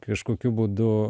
kažkokiu būdu